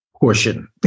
portion